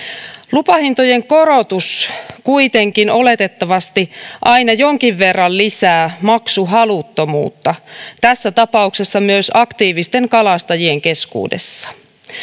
lupahintojen korotus kuitenkin oletettavasti aina jonkin verran lisää maksuhaluttomuutta tässä tapauksessa myös aktiivisten kalastajien keskuudessa